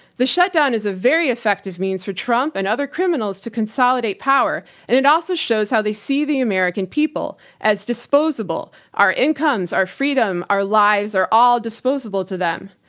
the shutdown is a very effective means for trump and other criminals to consolidate power, and it also shows how they see the american people as disposable. our incomes, our freedom, our lives are all disposable to them.